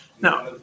Now